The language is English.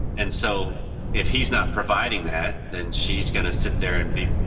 and so if he is not providing that then she is going to sit there and be,